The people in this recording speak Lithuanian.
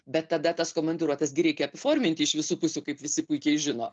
bet tada tas komandiruotes gi reikia apiforminti iš visų pusių kaip visi puikiai žino